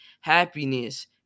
happiness